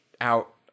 out